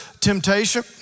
temptation